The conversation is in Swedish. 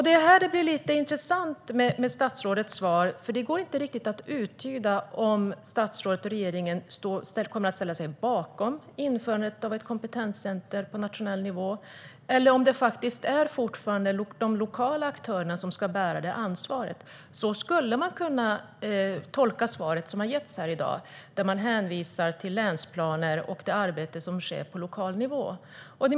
Det är här det blir lite intressant med statsrådets svar, för det går inte riktigt att uttyda om statsrådet och regeringen kommer att ställa sig bakom införandet av ett kompetenscenter på nationell nivå. Man skulle också kunna tolka det svar som har getts här i dag, där man hänvisar till länsplaner och det arbete som sker på lokal nivå, som att det fortfarande är de lokala aktörerna som ska bära ansvaret.